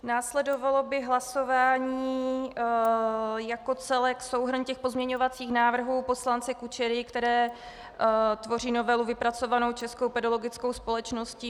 Následovalo by hlasování jako celek, souhrn pozměňovacích návrhů poslance Kučery, které tvoří novelu vypracovanou Českou pedologickou společností.